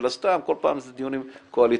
אלא סתם כל פעם זה דיונים קואליציוניים.